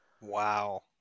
Wow